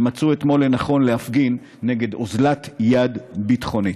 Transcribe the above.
שמצאו אתמול לנכון להפגין נגד אוזלת יד ביטחונית.